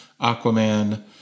Aquaman